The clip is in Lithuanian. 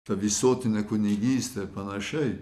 tą visuotinę kunigystę ir panašiai